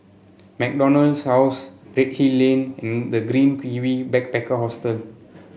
MacDonald House Redhill Lane and The Green Kiwi Backpacker Hostel